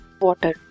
Water